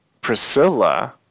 Priscilla